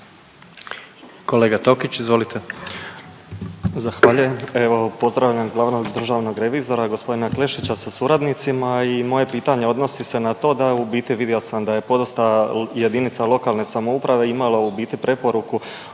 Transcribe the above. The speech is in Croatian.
Kolega Tokić, izvolite.